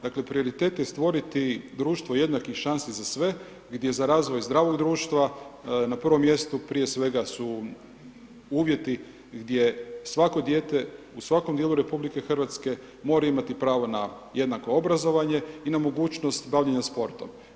Dakle, prioritet je stvoriti društvo jednakih šansi za sve, gdje za razvoj zdravog društva na prvom mjestu prije svega su uvjeti gdje svako dijete u svakom dijelu RH mora imati pravo na jednako obrazovanje i na mogućnost bavljenja sportom.